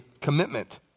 commitment